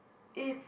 is